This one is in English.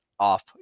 Off